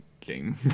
game